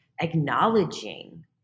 acknowledging